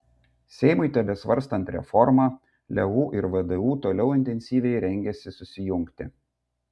seimui tebesvarstant reformą leu ir vdu toliau intensyviai rengiasi susijungti